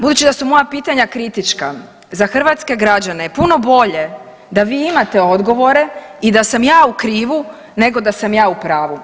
Budući da su moja pitanja kritička, za hrvatske građane je puno bolje da vi imate odgovore i da sam ja u krivu nego da sam ja u pravu.